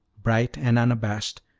bright and unabashed,